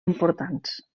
importants